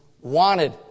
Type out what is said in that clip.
wanted